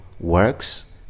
works